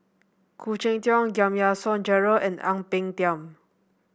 Khoo Cheng Tiong Giam Yean Song Gerald and Ang Peng Tiam